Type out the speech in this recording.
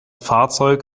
fahrzeug